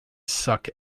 suck